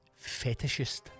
fetishist